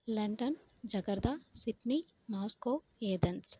London Jakarta Sydney Moscow Athens